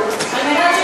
בעניין.